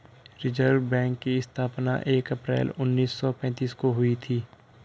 reserve bank की स्थापना एक अप्रैल उन्नीस सौ पेंतीस को हुई थी